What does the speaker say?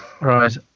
Right